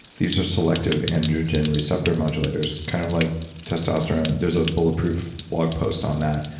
these are selective androgen receptor modulators kind of like testosterone. there's a bulletproof blog post on that.